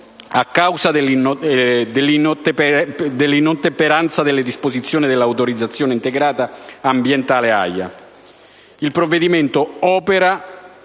a causa dell'inottemperanza alle disposizioni dell'autorizzazione integrata ambientale (AIA). Il provvedimento opera